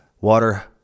water